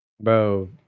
Bro